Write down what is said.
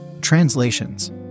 Translations